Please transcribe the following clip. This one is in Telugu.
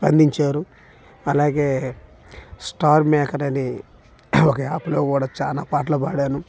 స్పందించారు అలాగే స్టార్ మేకర్ అనే ఒక యాప్లో కూడా చాలా పాటలు పాడాను